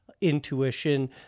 intuition